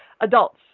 adults